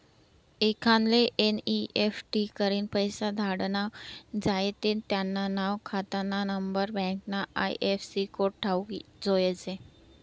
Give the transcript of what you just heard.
एखांदाले एन.ई.एफ.टी करीन पैसा धाडना झायेत ते त्यानं नाव, खातानानंबर, बँकना आय.एफ.सी कोड ठावूक जोयजे